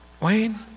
Wayne